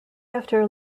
after